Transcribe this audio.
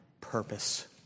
purpose